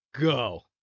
go